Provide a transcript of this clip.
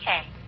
Okay